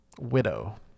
Widow